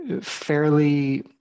fairly